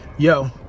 Yo